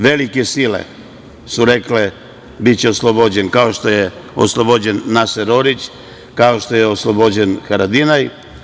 Velike sile su rekle – biće oslobođen, kao što je oslobođen Naser Orić, kao što je oslobođen Haradinaj.